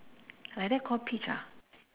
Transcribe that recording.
like that call peach ah